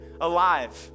alive